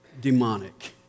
demonic